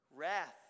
wrath